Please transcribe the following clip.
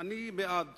אני בעד